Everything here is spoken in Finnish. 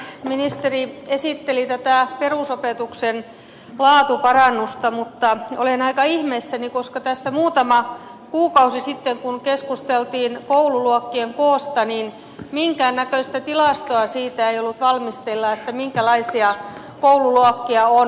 ministeri esitteli tätä perusopetuksen laatuparannusta mutta olen aika ihmeissäni koska tässä muutama kuukausi sitten kun keskusteltiin koululuokkien koosta minkään näköistä tilastoa siitä ei ollut valmisteilla minkälaisia koululuokkia on